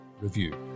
review